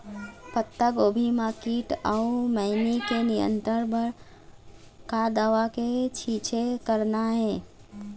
पत्तागोभी म कीट अऊ मैनी के नियंत्रण बर का दवा के छींचे करना ये?